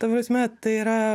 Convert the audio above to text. ta prasme tai yra